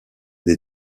des